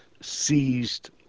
seized